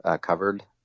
covered